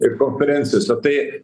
ir konferencijose tai